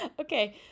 Okay